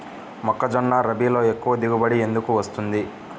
మొక్కజొన్న రబీలో ఎక్కువ దిగుబడి ఎందుకు వస్తుంది?